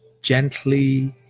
gently